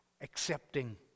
accepting